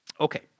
Okay